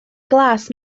glas